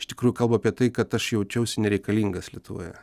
iš tikrųjų kalba apie tai kad aš jaučiausi nereikalingas lietuvoje